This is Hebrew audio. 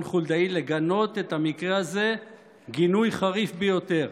חולדאי לגנות את המקרה הזה גינוי חריף ביותר,